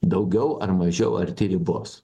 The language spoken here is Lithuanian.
daugiau ar mažiau arti ribos